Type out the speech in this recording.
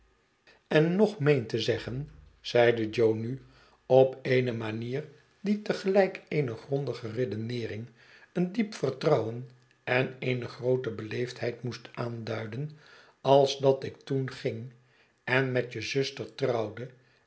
en nog meen te zeggen zeide jo nu op eene manier die te gelijk eene grondige redeneering een diep vertrouwen en eene groote beleefdheid moest aanduiden als dat ik toen ging en met je zuster trouwde